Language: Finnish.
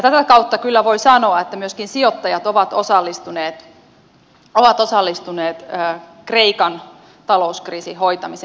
tätä kautta kyllä voi sanoa että myöskin sijoittajat ovat osallistuneet kreikan talouskriisin hoitamiseen